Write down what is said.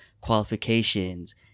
qualifications